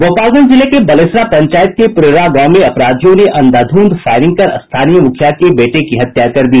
गोपालगंज जिले के बलेसरा पंचायत के पीड़रा गांव में अपराधियों ने अंधाध्ंध फायरिंग कर स्थानीय मुखिया के बेटे की हत्या कर दी